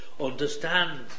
understand